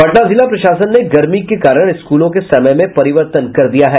पटना जिला प्रशासन ने गर्मी के कारण स्कूलों के समय में परिवर्तन कर दिया है